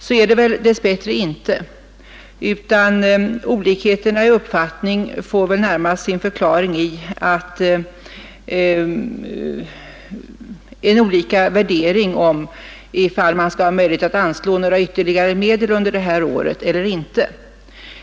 Så är det väl dess bättre inte, utan olikheterna i uppfattning får väl närmast sin förklaring i skilda värderingar om man har möjlighet att anslå några ytterligare medel under detta år eller inte.